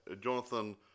Jonathan